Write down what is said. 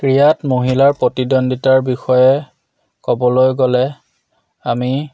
ক্ৰীড়াত মহিলাৰ প্ৰতিদ্বন্দিতাৰ বিষয়ে ক'বলৈ গ'লে আমি